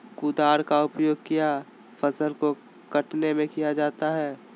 कुदाल का उपयोग किया फसल को कटने में किया जाता हैं?